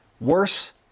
worse